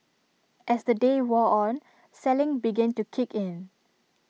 as the day wore on selling began to kick in